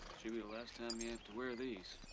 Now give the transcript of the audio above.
should be the last time you have to wear these.